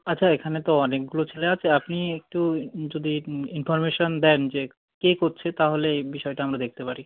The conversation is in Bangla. আচ্ছা এখানে তো অনেকগুলো ছেলে আছে আপনি একটু যদি ইনফরমেশান দেন যে কে করছে তাহলে এই বিষয়টা আমরা দেখতে পারি